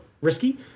risky